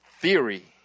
theory